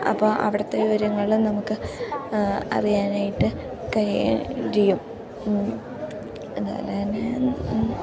അപ്പം അവിടുത്തെ വിവരങ്ങളും നമുക്ക് അറിയാനായിട്ട് കഴിയും അതു പോലെ തന്നെ